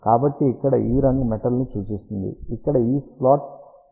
కాబట్టి ఇక్కడ ఈ రంగు మెటల్ ని చూపిస్తుంది ఇక్కడ ఈ స్లాట్ కత్తిరించబడిందని చూపిస్తుంది